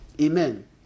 Amen